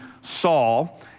Saul